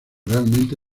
realmente